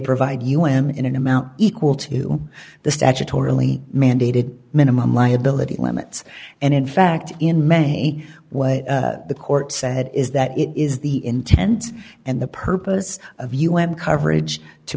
provide un in an amount equal to the statutorily mandated minimum liability limits and in fact in many what the court said is that it is the intent and the purpose of u n coverage to